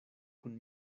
kun